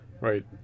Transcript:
right